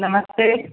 नमस्ते